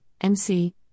MC